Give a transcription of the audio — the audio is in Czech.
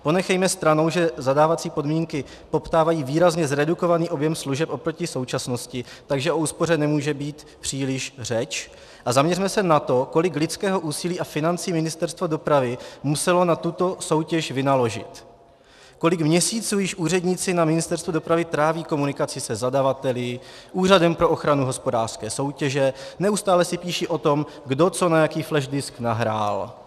Ponechejme stranou, že zadávací podmínky poptávají výrazně zredukovaný objem služeb oproti současnosti, takže o úspoře nemůže být příliš řeč, a zaměřme se na to, kolik lidského úsilí a financí Ministerstvo dopravy muselo na tuto soutěž vynaložit, kolik měsíců již úředníci na Ministerstvu dopravy tráví komunikací se zadavateli, Úřadem pro ochranu hospodářské soutěže, neustále si píší o tom, kdo co na jaký flash disk nahrál.